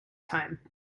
time